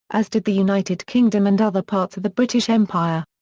as did the united kingdom and other parts of the british empire.